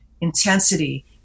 intensity